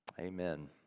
Amen